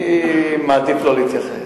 אני מעדיף לא להתייחס,